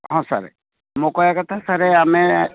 ହଁ ସାର୍ ମୋ କହିବା କଥା ସାର୍ ଆମେ